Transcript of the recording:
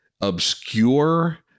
Obscure